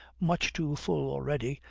much too full already,